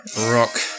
rock